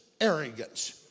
arrogance